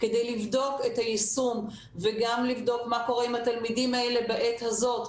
כדי לבדוק את היישום וגם לבדוק מה קורה עם התלמידים האלה בעת הזאת,